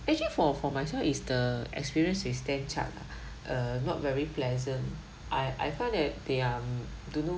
actually for for myself is the experience with stan chart ah err not very pleasant I I find that they are don't know